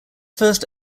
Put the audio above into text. first